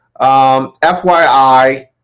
FYI